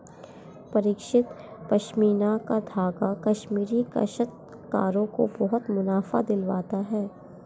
परिष्कृत पशमीना का धागा कश्मीरी काश्तकारों को बहुत मुनाफा दिलवाता है